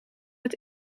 het